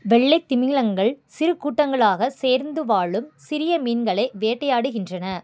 வெள்ளைத் திமிங்கலங்கள் சிறு கூட்டங்களாகச் சேர்ந்து வாழும் சிறிய மீன்களை வேட்டையாடுகின்றன